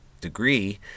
degree